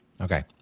Okay